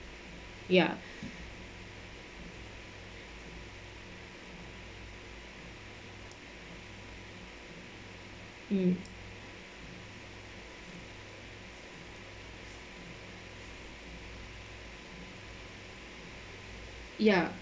ya mm ya